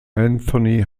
anthony